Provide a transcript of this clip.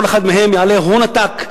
וכל אחד מהם יעלה הון עתק.